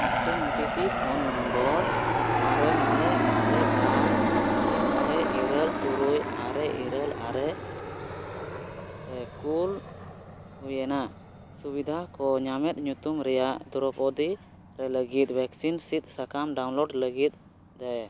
ᱢᱤᱫᱴᱟᱝ O T P phone number ᱟᱨᱮ ᱢᱚᱬᱮ ᱟᱨᱮ ᱵᱟᱨ ᱟᱨᱮ ᱢᱚᱬᱮ ᱤᱨᱟᱹᱞ ᱛᱩᱨᱩᱭ ᱟᱨᱮ ᱤᱨᱟᱹᱞ ᱟᱨᱮ ᱨᱮ ᱠᱩᱞ ᱦᱩᱭᱮᱱᱟ ᱥᱩᱵᱤᱫᱷᱟᱠᱚ ᱧᱟᱢᱮᱫ ᱧᱩᱛᱩᱢ ᱨᱮᱱᱟᱜ ᱫᱨᱳᱣᱯᱚᱫᱤ ᱨᱮ ᱞᱟᱹᱜᱤᱫ ᱵᱷᱮᱠᱥᱤᱱ ᱥᱤᱫᱥᱟᱠᱟᱢ ᱰᱟᱣᱩᱱᱞᱳᱰ ᱞᱟᱹᱜᱤᱫ ᱫᱟᱭᱟ